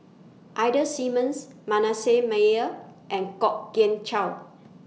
Ida Simmons Manasseh Meyer and Kwok Kian Chow